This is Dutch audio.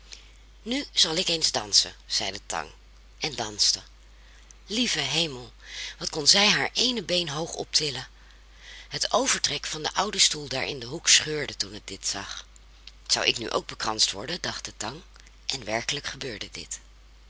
nu zal ik eens dansen zei de tang en danste lieve hemel wat kon zij haar eene been hoog optillen het overtrek van den ouden stoel daar in den hoek scheurde toen het dit zag zou ik nu ook bekranst worden dacht de tang en werkelijk gebeurde dit